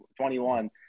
21